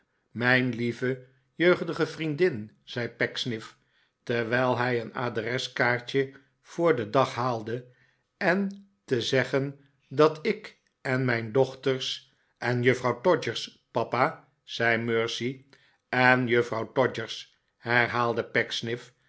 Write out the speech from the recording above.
mijn lieve jeugdige vriendin zei pecksniff terwijl hij een adreskaartje voor den dag haalde en te zeggen dat ik en mijn dochters en juffrouw todgers papa zei mercy en juffrouw todgers herhaalde